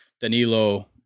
Danilo